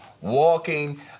walking